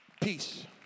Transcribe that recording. peace